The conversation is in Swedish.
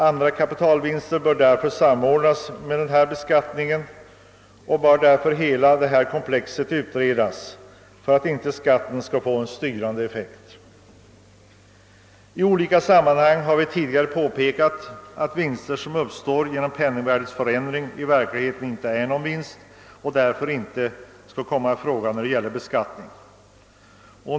Andra kapitalvinster bör därför samordnas med denna beskattning och hela komplexet utredas för att inte skatten skall få en styrande effekt. I olika sammanhang har vi tidigare påpekat att vinster som uppstår genom penningvärdeförändringen egentligen inte är några vinster och därför inte bör beskattas.